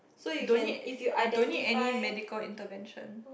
donate donate any medical intervention